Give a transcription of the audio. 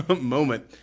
moment